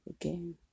again